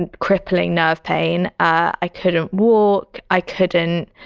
and crippling nerve pain. i couldn't walk. i couldn't,